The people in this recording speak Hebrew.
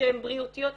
שהן בריאותיות.